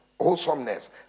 wholesomeness